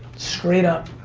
straight up.